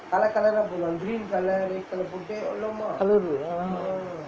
colour uh ah